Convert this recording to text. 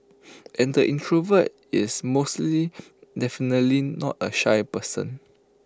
and the introvert is mostly definitely not A shy person